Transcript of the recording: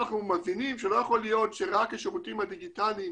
אנחנו מבינים שלא יכול להיות שרק השירותים הדיגיטליים